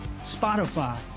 spotify